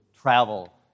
travel